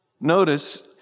notice